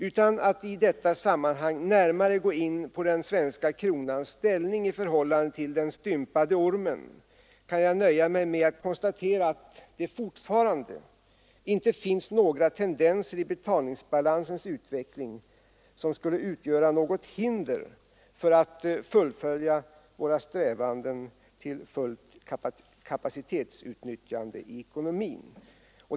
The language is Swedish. Utan att i detta sammanhang närmare gå in på den svenska kronans ställning i förhållande till den stympade ”ormen” kan jag nöja mig med att konstatera att det fortfarande inte finns några tendenser i betalningsbalansens utveckling som skulle utgöra något hinder för att fullfölja våra strävanden till fullt kapacitetsutnyttjande i ekonomin.